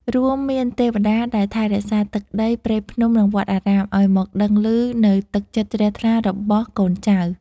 រួមមានទេវតាដែលថែរក្សាទឹកដី ព្រៃភ្នំ និងវត្តអារាម ឱ្យមកដឹងឮនូវទឹកចិត្តជ្រះថ្លារបស់កូនចៅ។